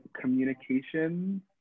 communication